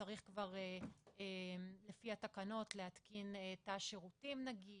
צריך כבר לפי התקנות להתקין תא שירותים נגיש,